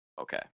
Okay